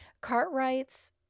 Cartwright's